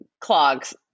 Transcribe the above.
Clogs